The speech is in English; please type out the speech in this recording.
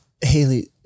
Haley